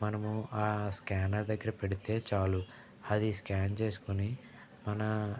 మనము ఆ స్కానర్ దగ్గర పెడితే చాలు అది స్కాన్ చేసుకుని